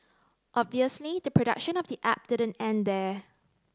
obviously the production of the app didn't end there